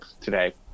today